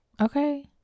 Okay